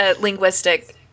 linguistic